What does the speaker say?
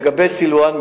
לגבי סילואן,